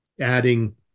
adding